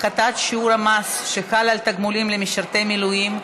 הפחתת שיעור המס שחל על תגמולים למשרתי מילואים),